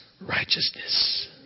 righteousness